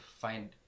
find